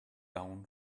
down